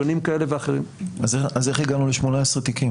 אז איך הגענו ל-18 תיקים?